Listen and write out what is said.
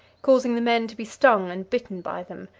causing the men to be stung and bitten by them,